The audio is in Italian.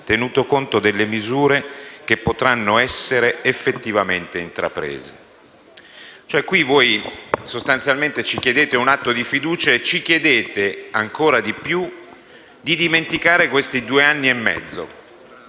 tenuto conto delle misure che potranno essere effettivamente intraprese». Cioè qui, sostanzialmente, ci chiedete un atto di fiducia e ci chiedete, ancora di più, di dimenticare questi due anni e mezzo,